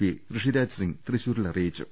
P Rishiraj Singh തൃശൂരിൽ അറിയിച്ചു